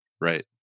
Right